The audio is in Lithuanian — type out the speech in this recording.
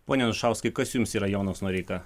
pone anušauskai kas jums yra jonas noreika